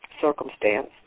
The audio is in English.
circumstance